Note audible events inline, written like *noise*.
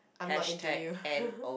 I'm not into you *laughs*